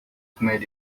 comer